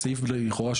לכאורה,